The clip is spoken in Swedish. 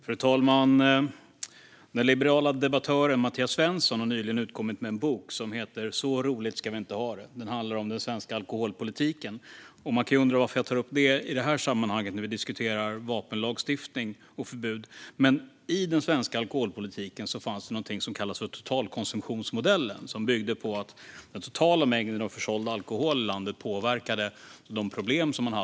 Fru talman! Den liberale debattören Mattias Svensson har nyligen utkommit med boken Så roligt ska vi inte ha det om den svenska alkoholpolitiken. Man kan undra varför jag tar upp detta när vi debatterar vapenlagstiftning och förbud. Jo, för att i den svenska alkoholpolitiken fanns något som kallades totalkonsumtionsmodellen. Den byggde på att den totala mängden av försåld alkohol i landet påverkade alkoholproblemen.